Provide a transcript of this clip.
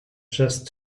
just